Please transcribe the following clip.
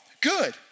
Good